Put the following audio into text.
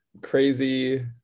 crazy